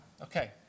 okay